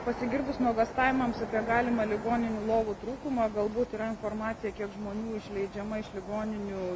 pasigirdus nuogąstavimams apie galimą ligoninių lovų trūkumą galbūt yra informacija kiek žmonių išleidžiama iš ligoninių